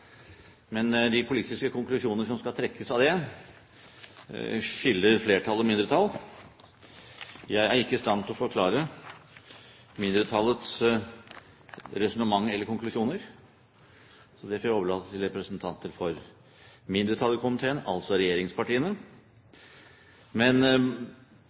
Men de politiske konklusjoner som skal trekkes av det, skiller flertall og mindretall. Jeg er ikke i stand til å forklare mindretallets resonnement eller konklusjoner, så det får jeg overlate til representanter for mindretallet i komiteen, altså regjeringspartiene. Men